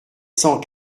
cent